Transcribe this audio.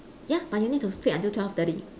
ya but you need to speak until twelve thirty